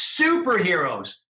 superheroes